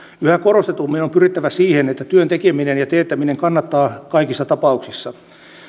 yhä korostetummin on pyrittävä siihen että työn tekeminen ja teettäminen kannattaa kaikissa tapauksissa